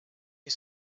you